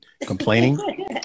complaining